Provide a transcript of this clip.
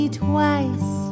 twice